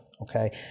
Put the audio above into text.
okay